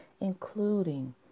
including